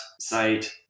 site